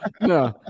no